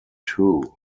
two